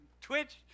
twitch